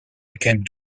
became